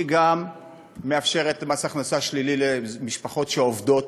היא גם מאפשרת מס הכנסה שלילי למשפחות שעובדות